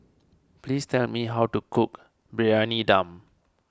please tell me how to cook Briyani Dum